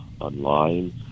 online